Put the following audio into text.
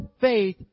faith